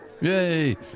Yay